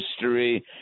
history